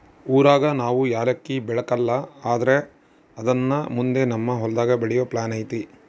ಊರಾಗ ನಾವು ಯಾಲಕ್ಕಿ ಬೆಳೆಕಲ್ಲ ಆದ್ರ ಅದುನ್ನ ಮುಂದೆ ನಮ್ ಹೊಲದಾಗ ಬೆಳೆಯೋ ಪ್ಲಾನ್ ಐತೆ